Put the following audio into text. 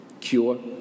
cure